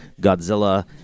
Godzilla